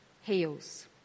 heals